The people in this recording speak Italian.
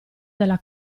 della